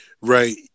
Right